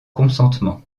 consentement